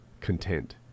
content